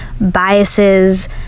biases